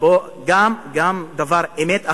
אדוני היושב-ראש, גם דבר אמת אחרונה: